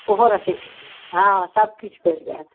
ओहो रखै छिए हँ सबकिछु भेटि जाएत